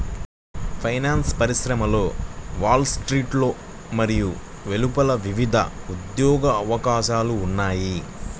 finance పరిశ్రమలో wall స్ట్రీట్లో మరియు వెలుపల వివిధ ఉద్యోగ అవకాశాలు ఉన్నాయి